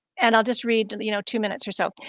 and i'll just read you know two minutes or so.